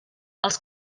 els